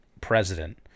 president